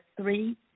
three